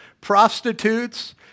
prostitutes